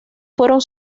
fueron